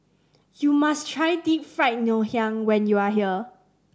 you must try Deep Fried Ngoh Hiang when you are here